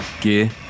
gear